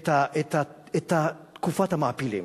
את תקופת המעפילים.